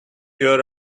your